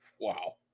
wow